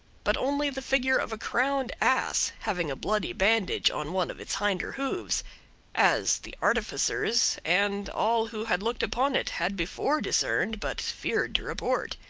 but only the figure of a crowned ass, having a bloody bandage on one of its hinder hooves as the artificers and all who had looked upon it had before discerned but feared to report.